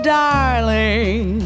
darling